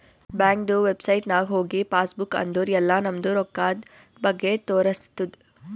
ಬ್ಯಾಂಕ್ದು ವೆಬ್ಸೈಟ್ ನಾಗ್ ಹೋಗಿ ಪಾಸ್ ಬುಕ್ ಅಂದುರ್ ಎಲ್ಲಾ ನಮ್ದು ರೊಕ್ಕಾದ್ ಬಗ್ಗೆ ತೋರಸ್ತುದ್